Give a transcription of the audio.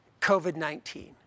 COVID-19